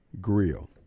Grill